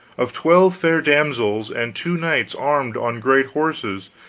of twelve fair damsels, and two knights armed on great horses,